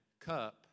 cup